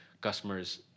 customers